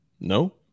No